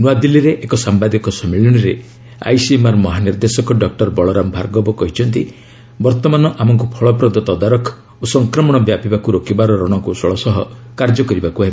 ନ୍ନଆଦିଲ୍ଲୀରେ ଏକ ସାମ୍ଭାଦିକ ସମ୍ମିଳନୀରେ ଆଇସିଏମ୍ଆର୍ ମହାନିର୍ଦ୍ଦେଶକ ଡକ୍ଟର ବଳରାମ ଭାଗର୍ବ କହିଛନ୍ତି ବର୍ତ୍ତମାନ ଆମକୁ ଫଳପ୍ରଦ ତଦାରଖ ଓ ସଂକ୍ରମଣ ବ୍ୟାପିବାକୃ ରୋକିବାର ରଣକୌଶଳ ସହ କାର୍ଯ୍ୟ କରିବାକୁ ହେବ